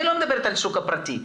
אני לא מדברת על השוק הפרטי.